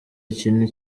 iki